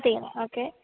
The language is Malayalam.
അതെ ഓക്കെ